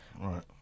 right